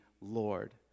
Lord